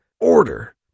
order